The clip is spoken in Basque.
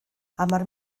hamar